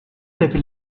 l’avis